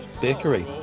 Bakery